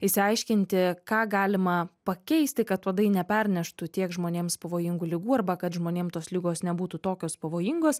išsiaiškinti ką galima pakeisti kad uodai neperneštų tiek žmonėms pavojingų ligų arba kad žmonėm tos ligos nebūtų tokios pavojingos